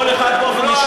כל אחד באופן אישי,